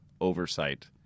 oversight